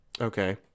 Okay